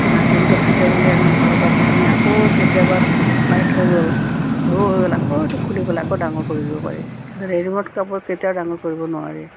মাৰ্জিনটো থাকে বুলি আমি ঘৰৰ কাপোৰখিনি আকৌ কেতিয়াবা টাইট হৈ গ'ল সৰু হৈ গ'ল আকৌ এইটো খুলি পেলাই আকৌ ডাঙৰ কৰি দিব পাৰি এতিয়া ৰেডিমে'ড কাপোৰত কেতিয়াও ডাঙৰ কৰিব নোৱাৰি